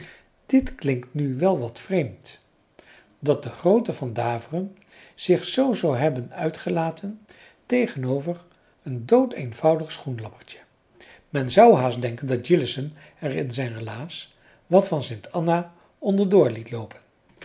dit klinkt nu wel wat vreemd dat de groote van daveren zich zoo zou hebben uitgelaten tegenover een doodeenvoudig françois haverschmidt familie en kennissen schoenlappertje men zou haast denken dat jillessen er in zijn relaas wat van st anna onderdoor liet loopen